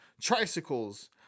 Tricycles